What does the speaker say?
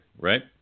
right